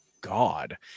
God